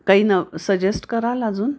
काही न सजेस्ट कराल अजून